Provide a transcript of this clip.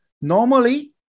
normally